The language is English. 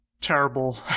terrible